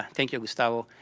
thank you, gustavo,